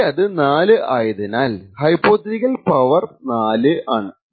ഇവിടെ അത് 4 ആയതിനാൽ ഹൈപോതെറ്റിക്കൽ പവർ 4 ആണ്